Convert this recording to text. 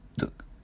look